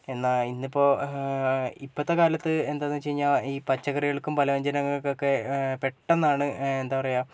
എന്നാൽ ഇന്നിപ്പോൾ ഇപ്പോഴത്തെക്കാലത്ത് എന്താന്ന് വെച്ചുകഴിഞ്ഞാൽ ഈ പച്ചക്കറികൾക്കും പലവ്യഞ്ജനങ്ങൾക്കൊക്കെ പെട്ടെന്നാണ് എന്താ പറയാ